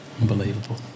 Unbelievable